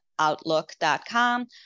outlook.com